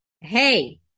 Hey